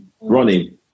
Ronnie